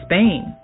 Spain